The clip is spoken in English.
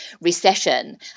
recession